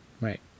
Right